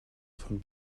von